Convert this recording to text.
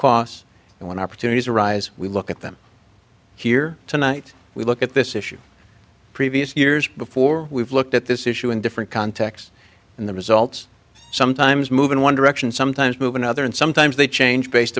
and when opportunities arise we look at them here tonight we look at this issue previous years before we've looked at this issue in different contexts and the results sometimes move in one direction sometimes move another and sometimes they change based